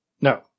No